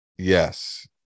Yes